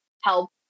help